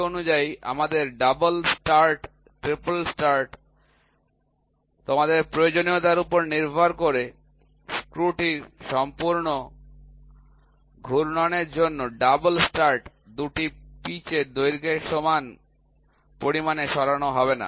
সেই অনুযায়ী তোমাদের ডাবল স্টার্ট ট্রিপল স্টার্ট তোমাদের প্রয়োজনীয়তার উপর নির্ভর করে স্ক্রুটির সম্পূর্ণ ঘূর্ণনের জন্য ডাবল স্টার্ট ২টি পিচের দৈর্ঘ্যের সমান পরিমাণে সরানো হবে